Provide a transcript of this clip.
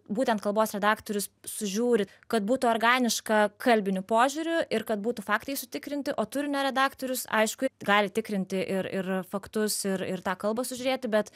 būtent kalbos redaktorius sužiūri kad būtų organiška kalbiniu požiūriu ir kad būtų faktai sutikrinti o turinio redaktorius aišku gali tikrinti ir ir faktus ir ir tą kalbą sužiūrėti bet